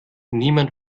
niemand